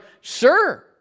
sure